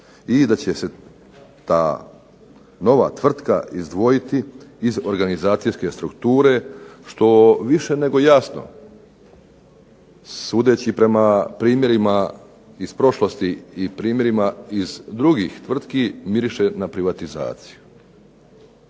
i da će se ta nova tvrtka izdvojiti iz organizacijske strukture, što je više nego jasno sudeći prema primjerima iz prošlosti i primjera drugih tvrtki, miriše na privatizaciju.